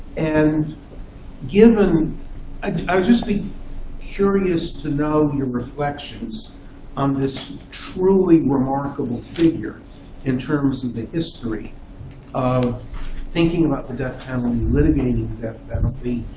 and given i would just be curious to know your reflections on this truly remarkable figure in terms of the history of thinking about the death penalty, litigating the death penalty,